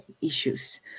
issues